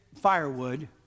firewood